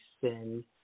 sin